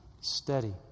steady